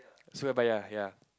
Surabaya ya